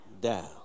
down